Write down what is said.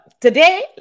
today